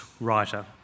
writer